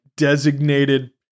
designated